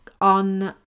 on